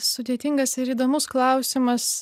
sudėtingas ir įdomus klausimas